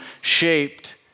shaped